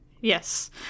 Yes